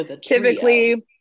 Typically